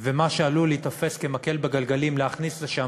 במה שעלול להיתפס כמקל בגלגלים, להכניס לשם